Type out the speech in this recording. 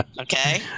okay